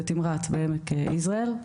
בתמרת בעמק יזרעאל.